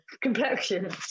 complexion